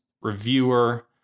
reviewer